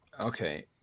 Okay